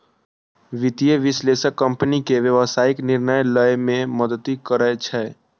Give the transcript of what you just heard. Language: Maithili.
वित्तीय विश्लेषक कंपनी के व्यावसायिक निर्णय लए मे मदति करै छै